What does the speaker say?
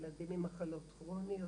ילדים עם מחלות כרוניות,